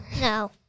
No